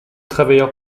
travailleur